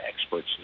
experts